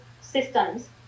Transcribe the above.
systems